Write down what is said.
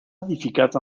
edificat